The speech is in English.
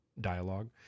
dialogue